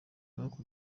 bakoze